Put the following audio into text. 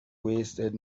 wasted